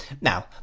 now